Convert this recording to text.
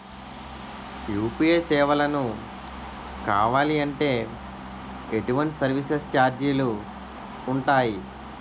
UPI సేవలను కావాలి అంటే ఎటువంటి సర్విస్ ఛార్జీలు ఉంటాయి?